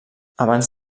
abans